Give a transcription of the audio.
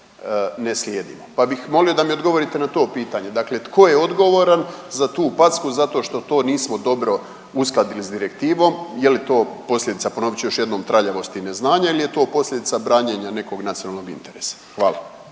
ne slijedimo, pa bih molio da mi odgovorite na to pitanje. Dakle, tko je odgovoran za tu packu zato što to nismo dobro uskladili sa direktivom, je li to posljedica ponovit ću još jednom traljavosti i neznanja ili je to posljedica branjenja nekog nacionalnog interesa? Hvala.